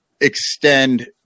extend